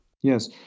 Yes